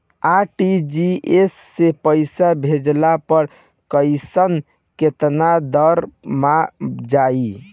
RTGS से पईसा भेजला पर पईसा केतना देर म जाई?